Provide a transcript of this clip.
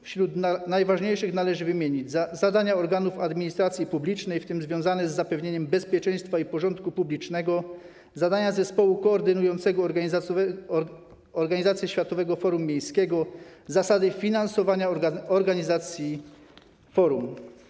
Wśród najważniejszych należy wymienić: zadania organów administracji publicznej, w tym związane z zapewnieniem bezpieczeństwa i porządku publicznego, zadania zespołu koordynującego organizację Światowego Forum Miejskiego, zasady finansowania organizacji forum.